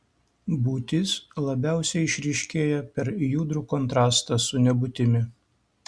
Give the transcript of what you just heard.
būtis labiausiai išryškėja per judrų kontrastą su nebūtimi